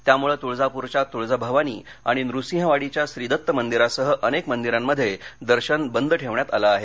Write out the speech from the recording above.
त्यामुळं तुळजापूरच्या तुळजा भवानी आणि नृसिंहवाडीच्या श्री दत्त मंदिरासह अनेक मंदिरांमध्ये दर्शन बंद ठेवण्यात आलं आहे